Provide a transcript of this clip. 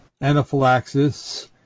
anaphylaxis